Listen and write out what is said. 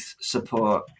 support